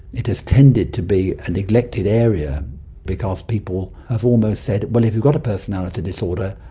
it has tended to be a neglected area because people have almost said, well, if you've got a personality disorder,